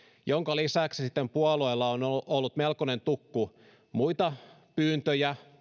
jonka lisäksi sitten puolueilla on ollut ollut melkoinen tukku muita pyyntöjä